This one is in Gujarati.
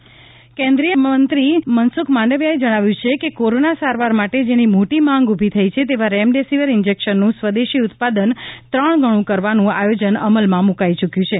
રેમડેસીવીર માંડવિયા કેન્દ્રિયમંત્રી મનસુખ માંડવિયાએ જણાવ્યું છે કે કોરોના સારવાર માટે જેની મોટી માંગ ઊભી થઈ છે તેવા રેમડેસીવીર ઈંજેકશનનું સ્વદેશી ઉત્પાદન ત્રણ ગણું કરવાનું આયોજન અમલમાં મુકાઇ યૂક્યું છે